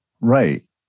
Right